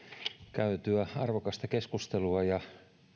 käytyä arvokasta keskustelua ja